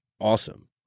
awesome